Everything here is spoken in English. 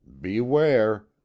BEWARE